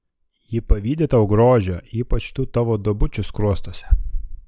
ji pavydi tau grožio ypač tų tavo duobučių skruostuose